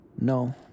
No